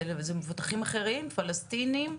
זה מבוטחים אחרים, פלסטינים,